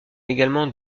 également